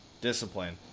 discipline –